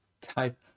type